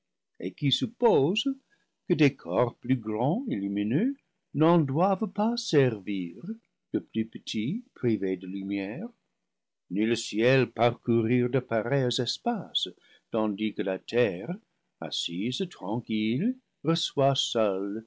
et qui suppose que des corps plus grands et lumi neux n'en doivent pas servir de plus petits privés de lumière ni le ciel parcourir de pareils espaces tandis que la terre assise tranquille reçoit seule